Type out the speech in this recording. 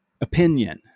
opinion